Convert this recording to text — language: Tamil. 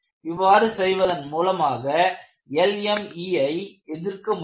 இவ்வாறு செய்வதன் மூலமாக LME ஐ எதிர்க்க முடியும்